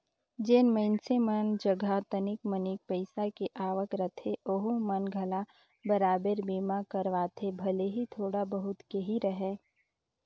जेन मइनसे मन जघा तनिक मनिक पईसा के आवक रहथे ओहू मन घला बराबेर बीमा करवाथे भले ही थोड़ा बहुत के ही रहें